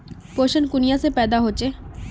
पोषण कुनियाँ से पैदा होचे?